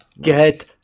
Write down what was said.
Get